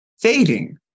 fading